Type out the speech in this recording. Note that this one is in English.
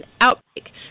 outbreak